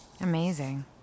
Amazing